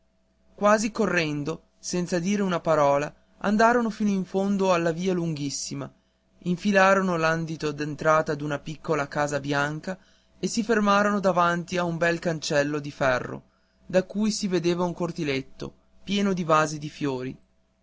quasi correndo senza dire una parola andarono fino in fondo alla via lunghissima infilarono l'andito d'entrata d'una piccola casa bianca e si fermarono davanti a un bel cancello di ferro da cui si vedeva un cortiletto pieno di vasi di fiori